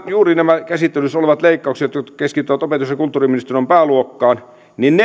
juuri nämä käsittelyssä olevat leikkaukset jotka keskittyvät opetus ja kulttuuriministeriön pääluokkaan